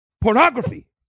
pornography